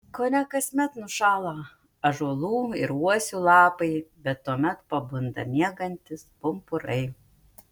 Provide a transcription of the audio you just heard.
kone kasmet nušąla ąžuolų ir uosių lapai bet tuomet pabunda miegantys pumpurai